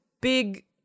big